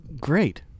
Great